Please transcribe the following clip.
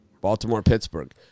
Baltimore-Pittsburgh